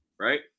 right